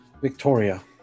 Victoria